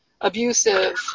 abusive